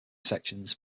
sections